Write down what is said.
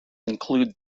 include